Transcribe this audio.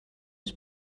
was